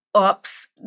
oops